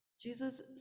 Jesus